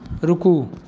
रुकू